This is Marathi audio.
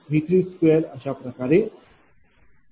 5V32अशाप्रकारे मिळवा